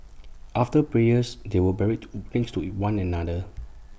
after prayers they were buried next to one another